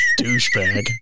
douchebag